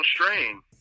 strain